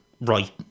right